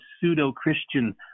pseudo-Christian